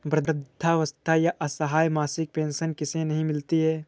वृद्धावस्था या असहाय मासिक पेंशन किसे नहीं मिलती है?